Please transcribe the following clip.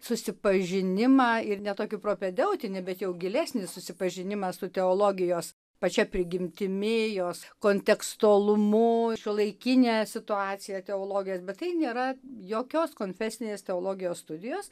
susipažinimą ir ne tokį propedeutinį bet jau gilesnį susipažinimą su teologijos pačia prigimtimi jos kontekstualumu šiuolaikine situacija teologijos bet tai nėra jokios konfesinės teologijos studijos